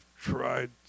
tried